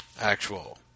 actual